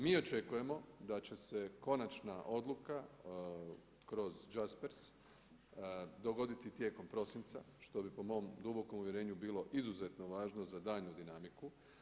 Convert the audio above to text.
Mi očekujemo da će se konačna odluka kroz Jarspersa dogoditi tijekom prosinca što bi po mom dubokom uvjerenju bilo izuzetno važno za daljnju dinamiku.